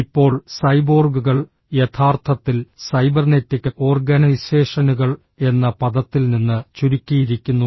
ഇപ്പോൾ സൈബോർഗുകൾ യഥാർത്ഥത്തിൽ സൈബർനെറ്റിക് ഓർഗനൈസേഷനുകൾ എന്ന പദത്തിൽ നിന്ന് ചുരുക്കിയിരിക്കുന്നു